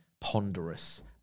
ponderous